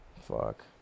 Fuck